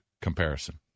comparison